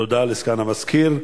תודה לסגן המזכיר.